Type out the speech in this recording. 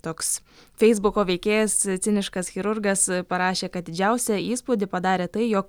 toks feisbuko veikėjas ciniškas chirurgas parašė kad didžiausią įspūdį padarė tai jog